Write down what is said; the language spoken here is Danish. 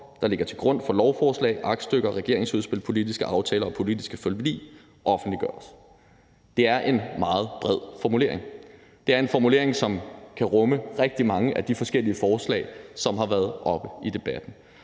der ligger til grund for lovforslag, aktstykker, regeringsudspil, politiske aftaler og politiske forlig m.v., offentliggøres.« Det er en meget bred formulering. Det er en formulering, som kan rumme rigtig mange af de forskellige forslag, som har været oppe i debatten.